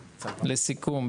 לסיכום,